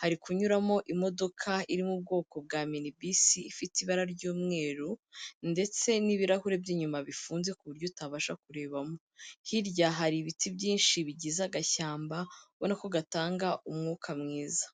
hari kunyuramo imodoka iri mu ubwoko bwa mini bisi ifite ibara ry'umweru ndetse n'ibirahuri by'inyuma bifunze ku buryo utabasha kurebamo, hirya hari ibiti byinshi bigize agashyamba ubona ko gatanga umwuka mwiza.